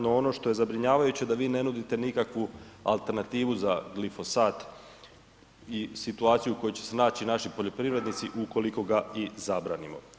No ono što je zabrinjavajuće da vi ne nudite nikakvu alternativu za glifosat i situaciju u kojoj će se naći naši poljoprivrednici ukoliko ga i zabranimo.